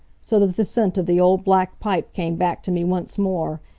so that the scent of the old black pipe came back to me once more,